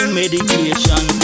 medication